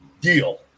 deal